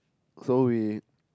so we